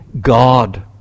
God